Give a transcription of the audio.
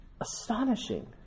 Astonishing